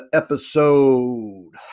episode